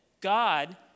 God